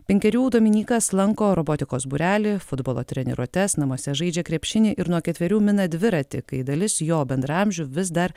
penkerių dominykas lanko robotikos būrelį futbolo treniruotes namuose žaidžia krepšinį ir nuo ketverių mina dviratį kai dalis jo bendraamžių vis dar